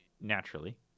naturally